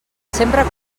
sempre